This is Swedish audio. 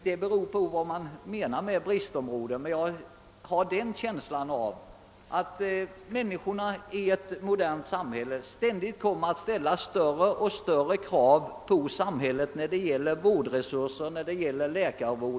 Det beror på vad man avser med bristområde, men jag har en känsla av att människorna ställer ständigt ökade krav på samhällets vårdresurser.